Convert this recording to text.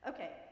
Okay